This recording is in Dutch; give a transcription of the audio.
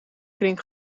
kring